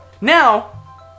Now